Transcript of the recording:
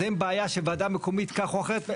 אז אין בעיה שוועדה מקומית כך או אחרת.